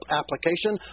application